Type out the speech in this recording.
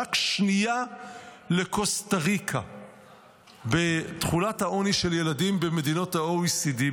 רק שנייה לקוסטה ריקה בתחולת העוני של ילדים במדינות ה-OECD.